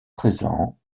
présent